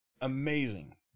Amazing